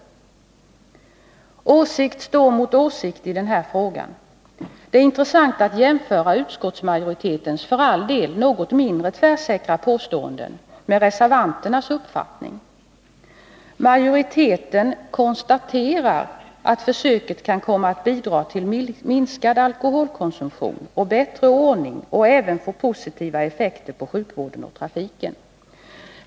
Åsikt står mot åsikt i den här frågan. Det är intressant att jämföra utskottsmajoritetens för all del något mindre tvärsäkra påståenden med reservanternas uppfattning. Majoriteten konstaterar att försöket kan komma att bidra till en minskning av alkoholkonsumtionen och bättre ordning och även få positiva effekter på sjukvården och trafiken.